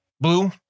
Blue